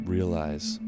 Realize